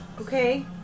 Okay